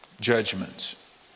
judgments